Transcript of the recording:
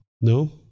No